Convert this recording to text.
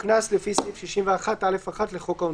קנס לפי סעיף 61(א)(1) לחוק העונשין.